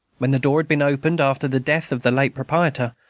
when the door had been opened after the death of the late proprietor,